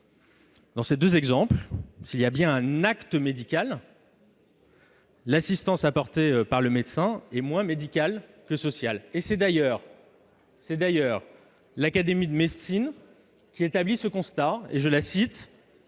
Dans ces deux exemples, s'il y a bien un acte médical, l'assistance apportée par le médecin est moins médicale que sociale. C'est d'ailleurs l'Académie nationale de médecine qui établit ce constat :« De la